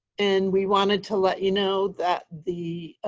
and we wanted to let you know that the